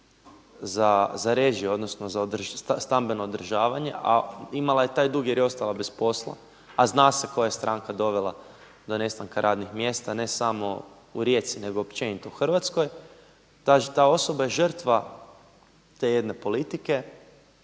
za režije odnosno za stambeno održavanje, a imala je taj dug jer je ostala bez posla, a zna se koja je stranka dovela do nestanka radnih mjesta, ne samo u Rijeci nego općenito u Hrvatskoj, ta osoba je žrtva te jedne politike